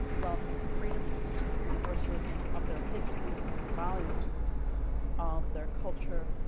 love of freedom of universalism, of their histories, of the values of their culture,